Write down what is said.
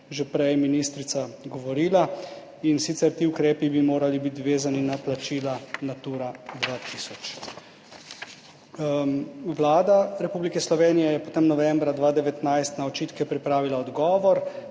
že prej ministrica, in sicer ti ukrepi bi morali biti vezani na plačila Natura 2000. Vlada Republike Slovenije je potem novembra 2019 na očitke pripravila odgovor,